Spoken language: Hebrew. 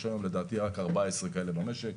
יש היום לדעתי רק 14 כאלה במשק,